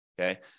okay